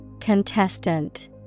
Contestant